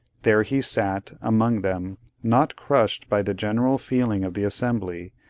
there he sat, among them not crushed by the general feeling of the assembly,